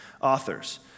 authors